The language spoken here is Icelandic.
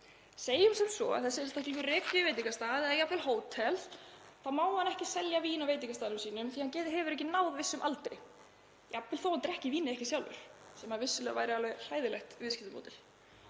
Segjum sem svo að þessi einstaklingur reki veitingastað eða jafnvel hótel. Hann má þá ekki selja vín á veitingastaðnum sínum því að hann hefur ekki náð vissum aldri, jafnvel þótt hann drekki ekki vínið sjálfur, sem vissulega væri alveg hræðilegt viðskiptamódel.